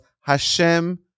Hashem